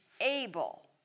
able